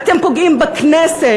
אתם פוגעים בכנסת,